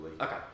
Okay